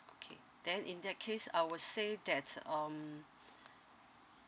okay then in that case I would say that um